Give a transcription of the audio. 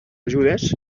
ajudes